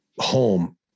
home